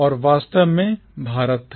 और वास्तव में भारत था